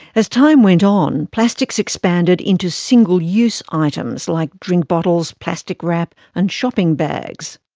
as time went on, plastics expanded into single-use items like drink bottles, plastic wrap and shopping bags.